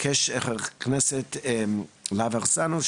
פה וביקש חבר הכנסת יוראי להב הרצנו,